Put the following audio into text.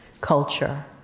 culture